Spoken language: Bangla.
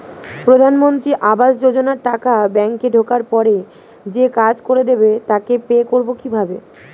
প্রধানমন্ত্রী আবাস যোজনার টাকা ব্যাংকে ঢোকার পরে যে কাজ করে দেবে তাকে পে করব কিভাবে?